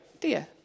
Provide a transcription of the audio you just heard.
dear